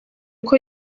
uko